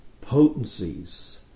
potencies